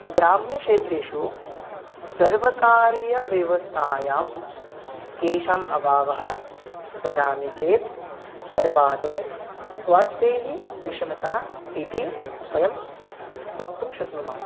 ग्राम्यक्षेत्रेषु सर्वकारीयव्यवस्थायां केषाम् अभावः वदामि चेत् सर्वादौ स्वस्थैः विशमता इति वयं वक्तुं शक्नुमः